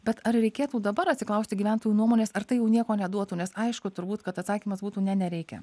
bet ar reikėtų dabar atsiklausti gyventojų nuomonės ar tai jau nieko neduotų nes aišku turbūt kad atsakymas būtų ne nereikia